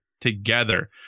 together